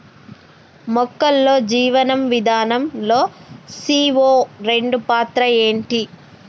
మొక్కల్లో జీవనం విధానం లో సీ.ఓ రెండు పాత్ర ఏంటి?